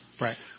Right